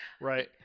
right